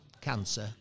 cancer